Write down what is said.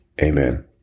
Amen